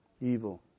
Evil